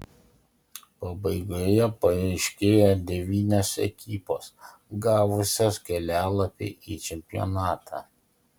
pabaigoje paaiškėjo devynios ekipos gavusios kelialapį į čempionatą